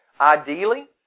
Ideally